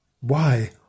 Why